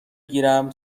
گیرم